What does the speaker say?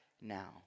now